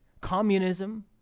communism